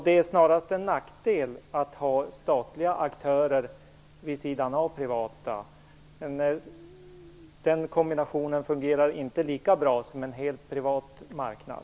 Det är snarast en nackdel att ha statliga aktörer vid sidan av privata. Den kombinationen fungerar inte lika bra som en helt privat marknad.